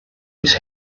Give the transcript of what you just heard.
his